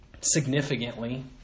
significantly